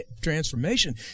transformation